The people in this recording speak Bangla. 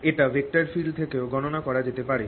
এটা ভেক্টর ফিল্ড থেকে ও গণনা করা জেতে পারে